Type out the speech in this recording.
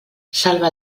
salva